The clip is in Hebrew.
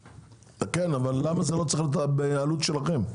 למה זה לא בעלות שלכם?